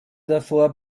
davor